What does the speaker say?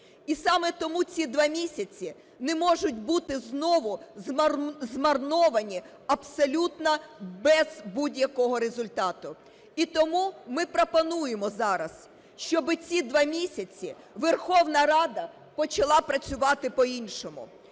І саме тому ці два місяці не можуть бути знову змарновані абсолютно без будь-якого результату. І тому ми пропонуємо зараз, щоби ці два місяці Верховна Рада почала працювати по-іншому.